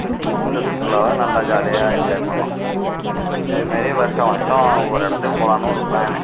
இந்த சுற்றுலாவை நல்லா ஜாலியாக என்ஜாய் பண்ணிணோம் இதுமாரி வருஷா வருஷம் ஒவ்வொரு இடத்துக்கு போகலானு ஒரு பிளானு